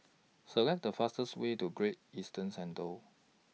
Select The fastest Way to Great Eastern Centre